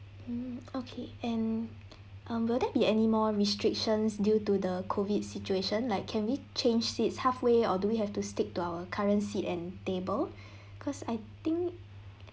mm okay and um will there be any more restrictions due to the COVID situation like can we change seats halfway or do we have to stick to our current seat and table because I think